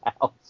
house